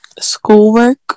Schoolwork